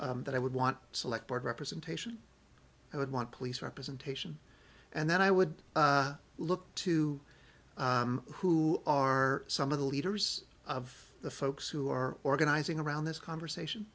of that i would want select but representation i would want police representation and then i would look to who are some of the leaders of the folks who are organizing around this conversation